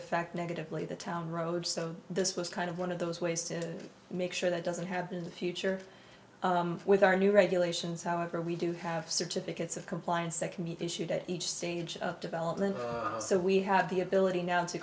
affect negatively the town road so this was kind of one of those ways to make sure that doesn't have the future with our new regulations however we do have certificates of compliance second meet issued at each stage of development so we have the ability now to